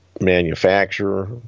manufacturer